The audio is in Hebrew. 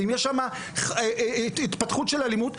אם יש שם התפתחות של אלימות,